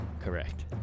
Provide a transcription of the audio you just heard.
Correct